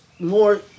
more